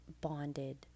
bonded